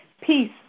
Peace